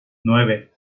nueve